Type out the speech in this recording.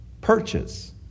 purchase